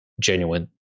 genuine